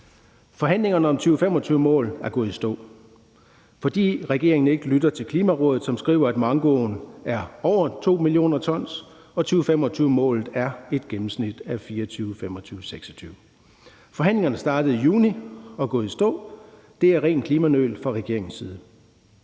Forhandlingerne om 2025-mål er gået i stå, fordi regeringen ikke lytter til Klimarådet, som skriver, at mankoen er over 2 mio. t. 2025-målet er et gennemsnit af 2024, 2025 og 2026. Forhandlingerne startede i juni og er gået i stå. Det er ren klimanøl fra regeringens side.